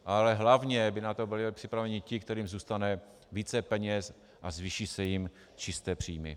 Ale hlavně by na to byli připraveni ti, kterým zůstane více peněz a zvýší se jim čisté příjmy.